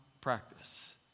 practice